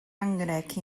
anrheg